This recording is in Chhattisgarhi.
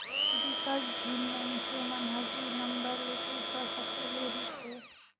बिकट झिन मइनसे मन हर दुई नंबर ले पइसा सकेले रिथे